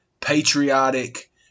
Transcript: patriotic